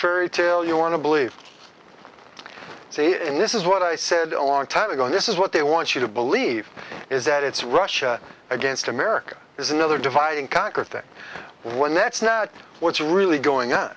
fairy tale you want to believe see and this is what i said all along time ago and this is what they want you to believe is that it's russia against america is another divide and conquer thing one that's not what's really going on